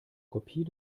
kopie